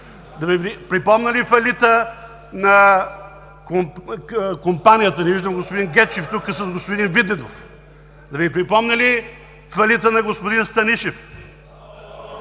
Да Ви припомня ли фалита на компанията – не виждам господин Гечев тук, с господин Виденов? Да Ви припомня ли фалита на господин Станишев?